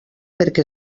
perquè